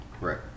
Right